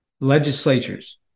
legislatures